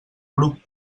grup